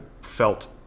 felt